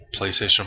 playstation